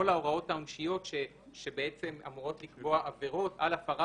כל ההוראות העונשיות שבעצם אמורות לקבוע עבירות על הפרת